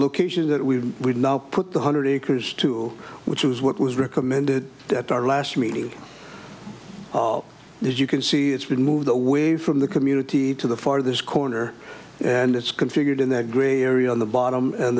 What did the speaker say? location that we would now put the hundred acres to which was what was recommended at our last meeting as you can see it's been moved away from the community to the farthest corner and it's configured in that grey area on the bottom and